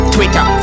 Twitter